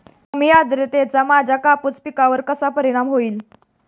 कमी आर्द्रतेचा माझ्या कापूस पिकावर कसा परिणाम होईल?